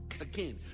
Again